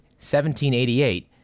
1788